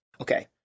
Okay